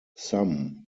some